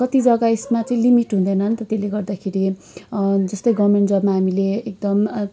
कति जग्गा यसमा चाहिँ लिमिट हुँदैन नि त त्यसले गर्दाखेरि जस्तै गभर्मेन्ट जबमा हामीले एकदम